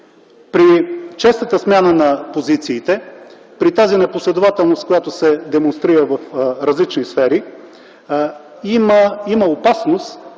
При честата смяна на позициите, при тази непоследователност, която се демонстрира в различни сфери, има опасност